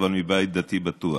אבל מבית דתי בטוח.